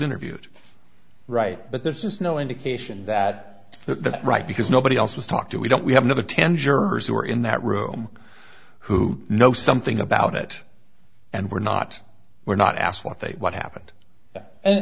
interviewed right but this is no indication that the right because nobody else was talked to we don't we have another ten jurors who are in that room who know something about it and were not were not asked what they what happened and